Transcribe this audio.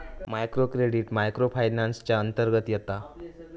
micro credit micro finance च्या अंतर्गत येता